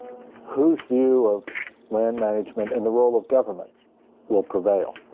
whose view of land management and the role of government will prevail?